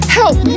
help